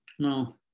Now